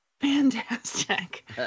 Fantastic